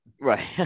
Right